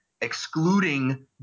excluding